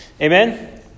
Amen